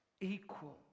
equal